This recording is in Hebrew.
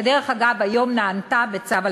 שדרך אגב, היום נענתה בצו על-תנאי,